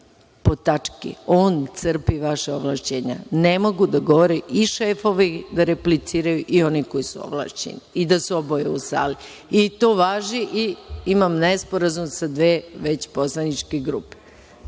po tački, on crpi vaša ovlašćenja. Ne mogu da govore i šefovi da repliciraju i oni koji su ovlašćeni i da su oboje u sali. I to važi i ima nesporazum sa dve već poslaničke grupe.